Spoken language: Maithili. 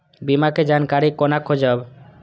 बीमा के जानकारी कोना खोजब?